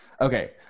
Okay